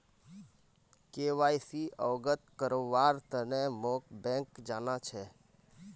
KYC अवगत करव्वार तने मोक बैंक जाना छ